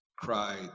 Cried